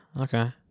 Okay